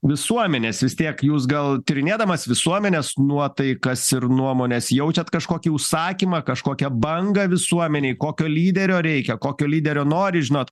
visuomenės vis tiek jūs gal tyrinėdamas visuomenės nuotaikas ir nuomones jaučiat kažkokį užsakymą kažkokią bangą visuomenėj kokio lyderio reikia kokio lyderio nori žinot